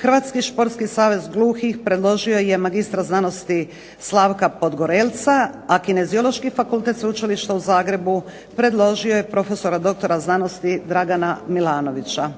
Hrvatski športski savez gluhih predložio je magistra znanosti Slavka Podgorelca, a Kineziološki fakultet sveučilišta u Zagrebu predložio je profesora doktora znanosti Dragana Milanovića.